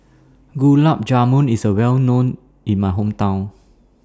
Gulab Jamun IS Well known in My Hometown